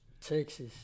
Texas